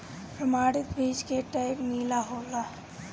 प्रमाणित बीज के टैग नीला होला